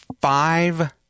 five